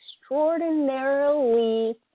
extraordinarily